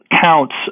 counts